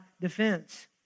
defense